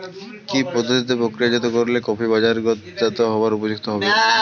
কি পদ্ধতিতে প্রক্রিয়াজাত করলে কফি বাজারজাত হবার উপযুক্ত হবে?